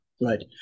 Right